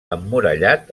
emmurallat